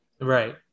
Right